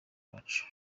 wacu